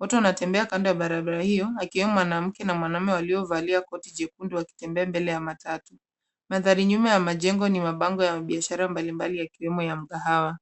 Watu wanatembea kando ya barabara hiyo akiwemo mwanamke na mwanaume waliovalia koti jekundu wakitembea mbele ya matatu. Mandhari nyuma ya majengo ni mabango ya mabiashara mbalimbali yakiwemo ya mkahawa.